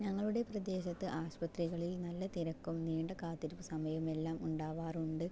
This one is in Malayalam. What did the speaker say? ഞങ്ങളുടെ പ്രദേശത്ത് ആശുപത്രികളിൽ നല്ല തിരക്കും നീണ്ട കാത്തിരിപ്പും സമയവും എല്ലാം ഉണ്ടാകാറുണ്ട്